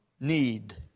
need